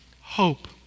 hope